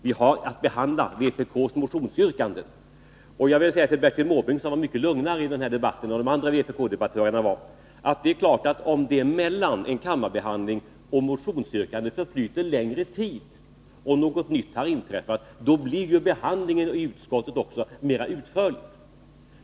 Nu har vi att diskutera vpk:s motionsyrkanden. Jag vill säga till Bertil Måbrink — som var mycket lugnare i den här debatten än de andra vpk-debattörerna — att om det mellan kammarbehandlingen och ett motionsyrkande förflyter längre tid och något nytt har inträffat, då är det klart att behandlingen i utskottet blir mer utförlig.